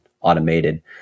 automated